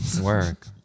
Work